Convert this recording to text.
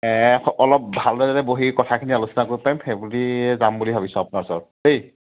অলপ ভালধৰণে বহি কথাখিনি আলোচনা কৰিব পাৰিম সেইবুলিয়ে যাম বুলি ভাবিছোঁ আপোনাৰ ওচৰত দেই